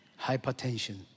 Hypertension